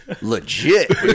legit